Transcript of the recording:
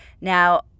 Now